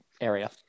area